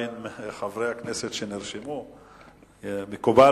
חברי הכנסת שנרשמו עדיין,